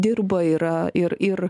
dirba yra ir ir